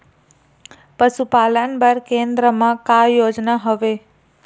पशुपालन बर केन्द्र म का योजना हवे?